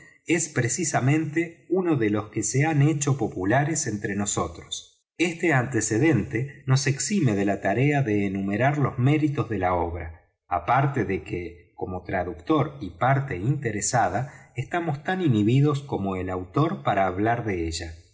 es precisamente uno de los que se han hecho populares entre nosotros esto antecedente nos exime de la tarea de enumerar los méritos do la obra aparte de que como traductor y parte interesada estamos tan inhibidos como el autor para hablar de ella